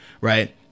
Right